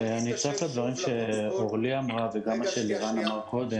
אצטרף לדברים שאורלי ליימן אמרה וגם אל מה שלירן שפיגל אמר קודם.